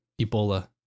Ebola